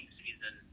season